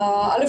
א'.